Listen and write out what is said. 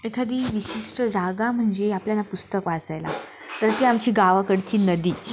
एखादी विशिष्ट जागा म्हणजे आपल्याला पुस्तक वाचायला तर ती आमची गावाकडची नदी